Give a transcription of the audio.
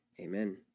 amen